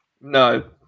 No